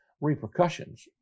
repercussions